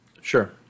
Sure